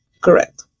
Correct